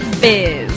biz